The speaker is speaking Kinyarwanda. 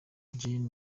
gen